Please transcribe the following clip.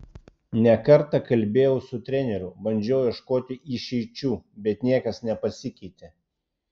ne kartą kalbėjau su treneriu bandžiau ieškoti išeičių bet niekas nepasikeitė